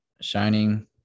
shining